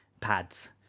pads